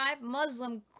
Muslim